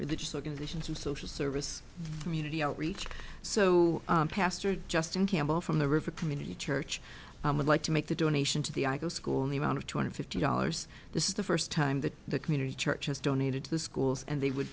religious organizations from social service community outreach so pastor justin campbell from the river community church would like to make the donation to the i go school in the amount of two hundred fifty dollars this is the first time that the community church has donated to the schools and they would